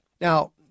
Now